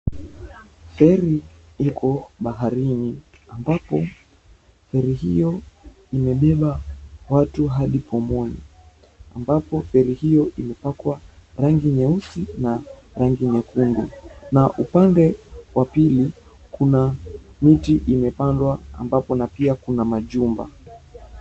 Feri iko baharini, ambapo feri hiyo imebeba watu hadi Pumwani. Feri hiyo imepakwa rangi nyeusi na rangi nyekundu, na upande wa pili kuna miti iliyopandwa, ambapo pia kuna majumba.